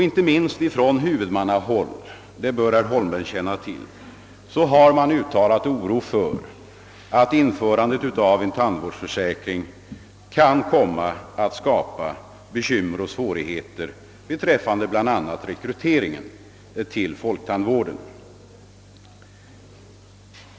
Inte minst från huvudmannahåll — det bör herr Holmberg känna till — har uttalats oro för att införandet av en tandvårdsförsäkring skulle kunna skapa bekyramer och svårigheter beträffande bl.a. rekrytering av personal till folktandvården.